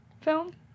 film